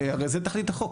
הרי זו תכלית החוק,